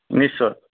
নিশ্চয়